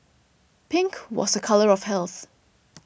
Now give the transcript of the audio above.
pink was a colour of health